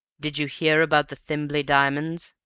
did you hear about the thimbleby diamonds?